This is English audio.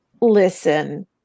listen